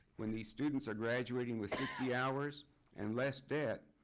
when these students are graduating with sixty hours and less debt,